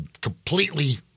completely